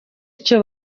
icyo